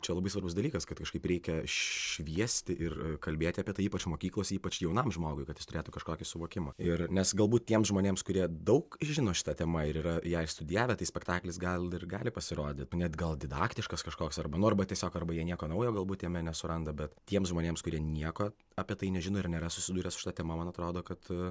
čia labai svarbus dalykas kad kažkaip reikia šviesti ir kalbėti apie tai ypač mokyklose ypač jaunam žmogui kad jis turėtų kažkokį suvokimą ir nes galbūt tiems žmonėms kurie daug žino šita tema ir yra ją išstudijavę tai spektaklis gal ir gali pasirodyt net gal didaktiškas kažkoks arba nu arba tiesiog arba jie nieko naujo galbūt jame nesuranda bet tiems žmonėms kurie nieko apie tai nežino ir nėra susidūrę su šita tema man atrodo kad